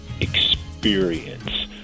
experience